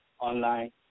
online